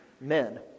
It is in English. men